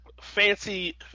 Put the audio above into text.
fancy